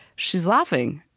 she's laughing.